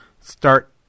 start